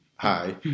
Hi